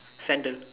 sandal